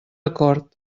acord